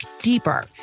deeper